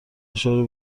اشاره